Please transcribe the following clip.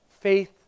faith